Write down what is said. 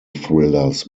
thrillers